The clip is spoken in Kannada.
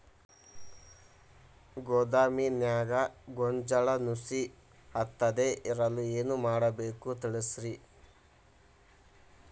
ಗೋದಾಮಿನ್ಯಾಗ ಗೋಂಜಾಳ ನುಸಿ ಹತ್ತದೇ ಇರಲು ಏನು ಮಾಡಬೇಕು ತಿಳಸ್ರಿ